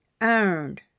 earned